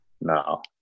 No